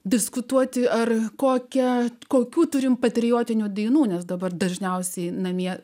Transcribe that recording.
diskutuoti ar kokia kokių turime patriotinių dainų nes dabar dažniausiai namie